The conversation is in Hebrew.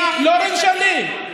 לא ריב שלי.